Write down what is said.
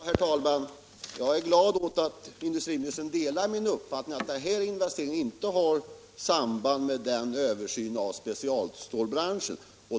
Herr talman! Jag är glad åt att industriministern delar min uppfattning att den här investeringen inte har samband med den samlade översynen av specialstålbranschen.